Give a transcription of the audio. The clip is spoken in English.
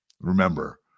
Remember